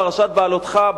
פרשת בהעלותך,